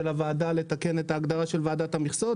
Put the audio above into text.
הוועדה לתקן את ההגדרה של "ועדת המכסות",